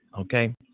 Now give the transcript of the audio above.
okay